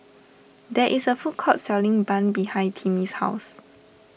there is a food court selling Bun behind Timmy's house